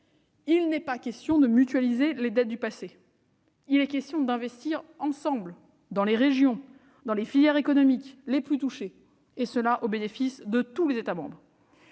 il est question non pas de mutualiser les dettes du passé, mais d'investir ensemble dans les régions, dans les filières économiques les plus touchées, et cela au bénéfice de tous les États membres.